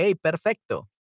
perfecto